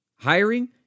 Hiring